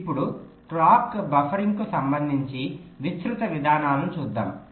ఇప్పుడు క్లాక్ బఫరింగ్కు సంబంధించి విస్తృత విధానాలను చూద్దాం